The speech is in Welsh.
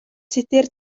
tudur